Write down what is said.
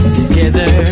together